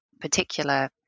particular